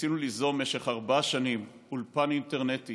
ניסינו ליזום במשך ארבע שנים אולפן אינטרנטי